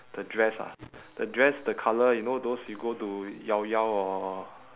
the dress ah the dress the colour you know those you go to llao llao or